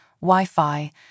Wi-Fi